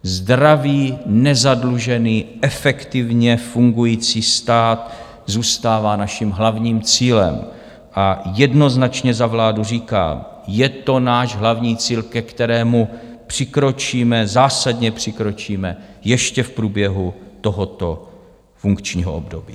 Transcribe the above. Zdravý, nezadlužený, efektivně fungující stát zůstává naším hlavním cílem a jednoznačně za vládu říkám: je to náš hlavní cíl, ke kterému přikročíme, zásadně přikročíme ještě v průběhu tohoto funkčního období.